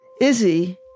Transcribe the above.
Izzy